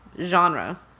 genre